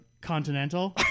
continental